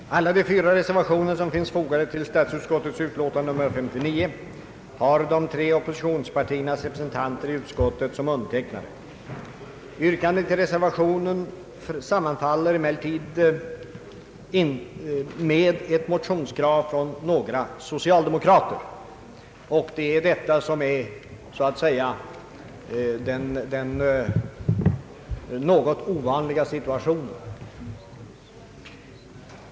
Herr talman! En av de fyra reservationer som finns fogade till statsutskottets utlåtande nr 59 har de tre oppositionspartiernas representanter i utskottet som undertecknare. Yrkandet i den reservationen sammanfaller emellertid med ett motionskrav från några socialdemokrater. Detta medför att situationen är något ovanlig.